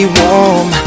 warm